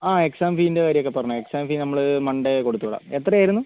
exam ഫീൻ്റെ കാര്യമൊക്കെ പറഞ്ഞു എക്സാം ഫീ നമ്മൾ മൺഡേ കൊടുത്തുവിടാം എത്ര ആയിരുന്നു